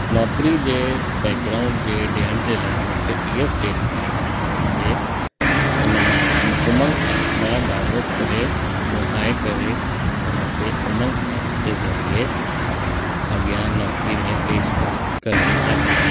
नौकिरी जे बैकग्राउंड जे ॾियण जे लाइ मूंखे इहा स्टेटमेंट मूंखे इन मां उमंग ऐप मां डाउनलोड करे मुहाए करे हुन खे उमंग ऐप जे ज़रिए अॻियां नौकिरी में पेशकशि करिणी आहे